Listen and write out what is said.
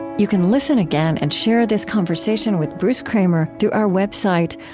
you can listen again and share this conversation with bruce kramer through our website,